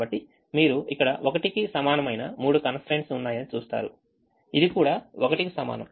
కాబట్టి మీరు ఇక్కడ 1కి సమానమైన మూడు constraints ఉన్నాయి అని చూస్తారు ఇది కూడా 1 కు సమానం